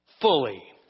fully